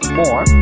more